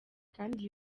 kandi